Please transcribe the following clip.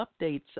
updates